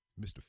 Mr